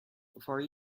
before